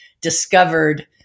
discovered